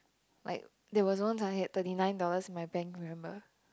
like there was once I had thirty nine dollars in my bank remember